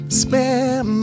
spare